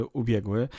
ubiegły